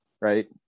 right